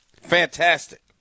fantastic